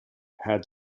had